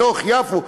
בתוך יפו,